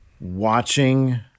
watching